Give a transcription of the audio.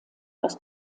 aus